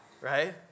right